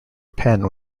pen